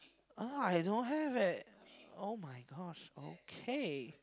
uh I don't have eh [oh]-my-gosh okay